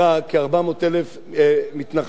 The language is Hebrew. כ-400,000 מתנחלים,